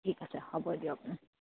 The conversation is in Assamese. ঠিক আছে হ'ব দিয়ক